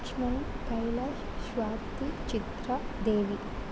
Lakshmanan Kailash Swathi Chitra Devi